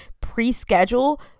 pre-schedule